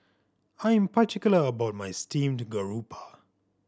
I'm particular about my steamed garoupa